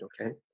Okay